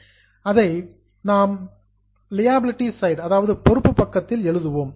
நாம் அதை liability side பொறுப்பு பக்கத்தில் எழுதுவோம்